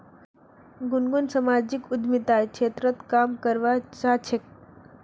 गुनगुन सामाजिक उद्यमितार क्षेत्रत काम करवा चाह छेक